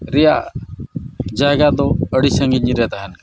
ᱨᱮᱭᱟᱜ ᱡᱟᱭᱜᱟ ᱫᱚ ᱟᱹᱰᱤ ᱥᱟᱺᱜᱤᱧ ᱨᱮ ᱛᱟᱦᱮᱱ ᱠᱟᱱᱟ